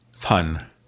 pun